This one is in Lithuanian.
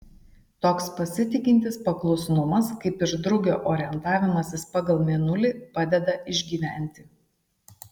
toks pasitikintis paklusnumas kaip ir drugio orientavimasis pagal mėnulį padeda išgyventi